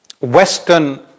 Western